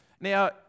Now